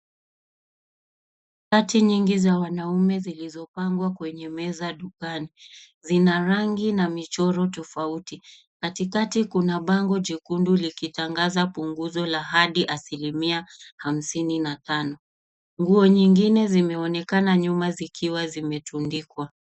Shati nyingi za wanaume zilizopangwa kwenye meza dukani. Zina rangi na michoro tofauti. Katikati kuna bango jekundu likitangaza punguzo la hadi asilimia hamsini na tano. Nguo nyingine zimeonekana nyuma zikiwa zimetundikwa.